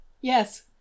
Yes